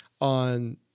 on